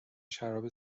شراب